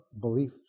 belief